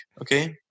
Okay